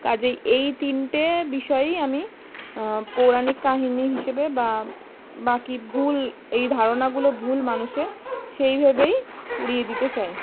কাজেই এই তিনটে বিষয়েই আমি পৌরাণিক কাহিনি হিসেবে বা বাকি ভুল এই ধারণাগুলো ভুল মানুষের সেইভাবেই উড়িয়ে দিতে চাই